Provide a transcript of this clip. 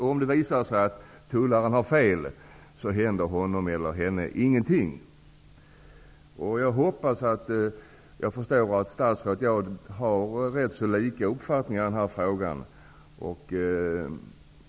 Om det visar sig att en tullare har fel, händer det honom eller henne ingenting. Statsrådet och jag har rätt så lika uppfattning i den här frågan.